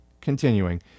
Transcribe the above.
Continuing